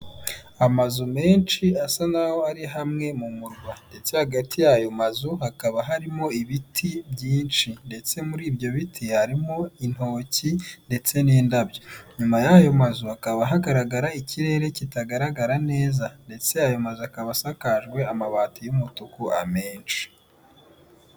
Amazu menshi asa naho ari hamwe mu murwa ndetse hagati y'ayo mazu hakaba harimo ibiti byinshi, ndetse muri ibyo biti harimo intoki ndetse n'indabyo nyuma y' ayo mazu hakaba hagaragara ikirere kitagaragara neza ndetse ayo mazu akaba asakajwe amabati y'umutuku amenshi.